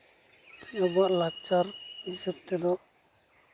ᱟᱵᱚᱣᱟᱜ ᱞᱟᱠᱪᱟᱨ ᱦᱤᱥᱟᱹᱵ ᱛᱮᱫᱚ